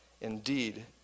Indeed